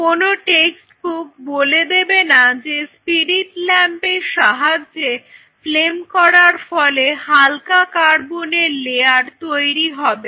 কোনো টেক্সটবুক বলে দেবে না যে স্পিরিট ল্যাম্প এর সাহায্যে ফ্লেম করার ফলে হালকা কার্বনের লেয়ার তৈরি হবে